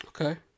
Okay